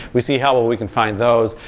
we see how well we can find those.